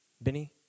Benny